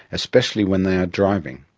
especially when they are driving.